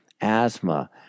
asthma